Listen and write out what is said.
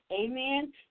Amen